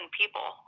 people